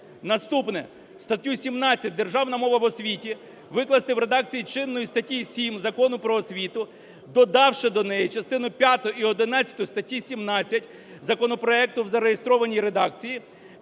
Наступне. Статтю 17 "Державна мова в освіті" викласти в редакції чинної статті 7 Закону "Про освіту", додавши до неї частину п'яту і одинадцяту статті 17 законопроекту в зареєстрованій редакції,